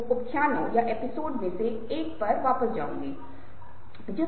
इन्हें सूक्ष्म भाव के रूप में जाना जाता है